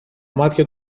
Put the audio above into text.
μάτια